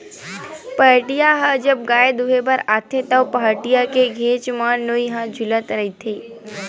पहाटिया ह जब गाय दुहें बर आथे त, पहाटिया के घेंच म नोई ह छूलत रहिथे